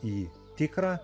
į tikrą